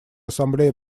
ассамблея